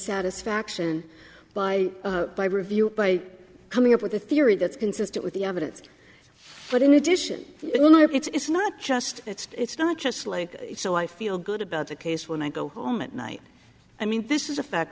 satisfaction by my review by coming up with a theory that's consistent with the evidence but in addition you know it's not just it's not just like so i feel good about the case when i go home at night i mean this is a fact